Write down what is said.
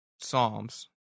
Psalms